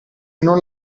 non